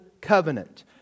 Covenant